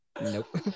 Nope